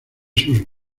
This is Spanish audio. sus